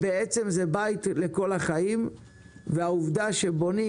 זה בית לכל החיים והעובדה שבונים